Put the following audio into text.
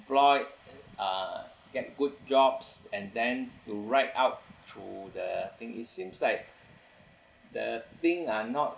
~ployed uh get good jobs and then to write out through the thing it seems like the thing ah not